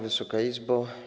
Wysoka Izbo!